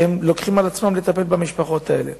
שלוקחים על עצמם לטפל במשפחות האלה.